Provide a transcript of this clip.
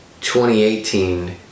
2018